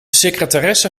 secretaresse